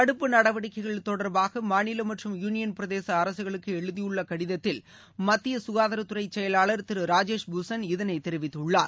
தடுப்பு நடவடிக்கைகள் தொடர்பாக மாநில மற்றும் யூனியன் பிரதேச அரசுகளுகக்கு எழுதியுள்ள கடிதத்தில் மத்திய சுகாதாரத்துறை செயலாளர் திரு ராஜேஷ் பூஷன் இதை தெரிவித்துள்ளார்